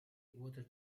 water